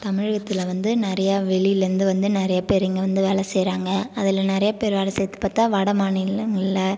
தமிழ் எழுத்தில் வந்து நிறைய வெளியிலேந்து வந்து நிறைய பேர் இங்கே வந்து வேலை செய்கிறாங்க அதில் நிறைய பேர் வேலை செய்கிறத பார்த்தா வடமாநிலம் இல்லை